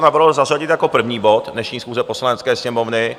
Navrhl bych to zařadit jako první bod dnešní schůze Poslanecké sněmovny.